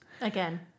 Again